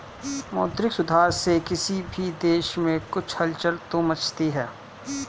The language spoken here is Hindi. मौद्रिक सुधार से किसी भी देश में कुछ हलचल तो मचती है